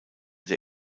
der